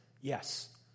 yes